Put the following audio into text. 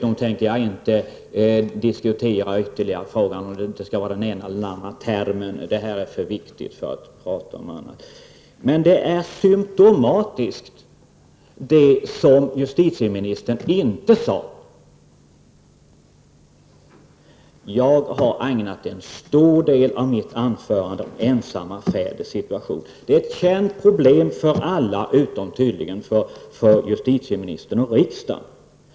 Jag tänker inte heller diskutera vidare huruvida vi skall ha den ena eller den andra termen. Det här är för viktigt för att man skall prata om annat. Det är symptomatiskt att justitieministern inte tog upp en viss fråga. Jag ägnade en stor del av mitt anförande åt ensamma fäders situation. Det är ett känt problem för alla, utom tydligen för justitieministern och riksdagen.